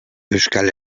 euskal